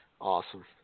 awesome